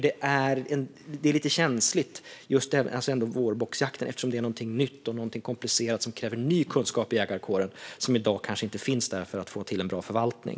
Det är lite känsligt med vårbocksjakten eftersom detta är någonting nytt och komplicerat som kräver ny kunskap i jägarkåren - som i dag kanske inte finns där - för att få till en bra förvaltning.